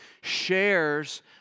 shares